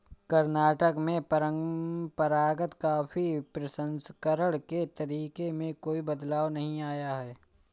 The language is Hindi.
कर्नाटक में परंपरागत कॉफी प्रसंस्करण के तरीके में कोई बदलाव नहीं आया है